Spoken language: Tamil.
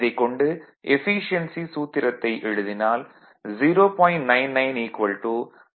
இதைக் கொண்டு எஃபீசியென்சி சூத்திரத்தை எழுதினால் 0